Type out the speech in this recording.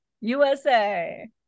USA